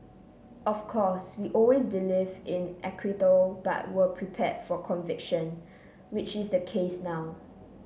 of course we always believed in acquittal but were prepared for conviction which is the case now